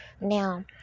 now